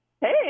Hey